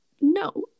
No